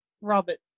Robert